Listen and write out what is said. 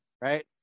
right